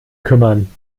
kümmern